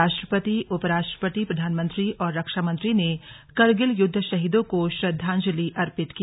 राष्ट्रपति उपराष्ट्रपति प्रधानमंत्री और रक्षामंत्री ने करगिल युद्ध शहीदों को श्रद्धाजंलि अर्पित की